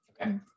Okay